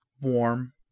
warm